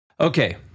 Okay